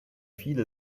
viele